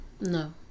No